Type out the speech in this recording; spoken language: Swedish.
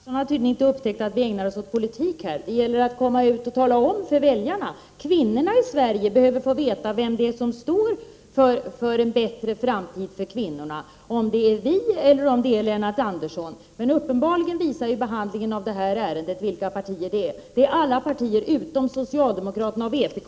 Herr talman! Lennart Andersson har tydligen inte upptäckt att vi ägnar oss åt politik här. Det gäller ju att nå ut till väljarna. Kvinnorna i Sverige behöver få veta vem det är som står för en bättre framtid för dessa — om det är vi eller Lennart Andersson och andra. Uppenbarligen visar behandlingen av det här ärendet vilka partier det gäller. Det gäller alltså alla partier utom socialdemokraterna och vpk.